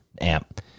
amp